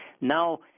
now